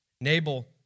Nabal